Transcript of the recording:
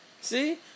See